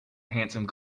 handsome